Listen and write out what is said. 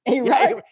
Right